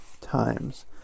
times